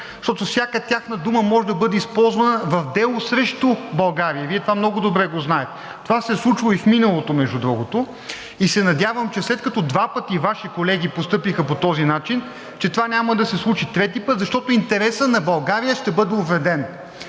защото всяка тяхна дума може да бъде използвана в дело срещу България и Вие това много добре го знаете. Това се е случвало и в миналото, между другото. И се надявам, че след като два пъти Ваши колеги постъпиха по този начин, това няма да се случи трети път, защото интересът на България ще бъде увреден.